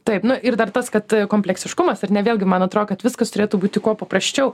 taip ir dar tas kad kompleksiškumas ar ne vėlgi man atrodo kad viskas turėtų būti kuo paprasčiau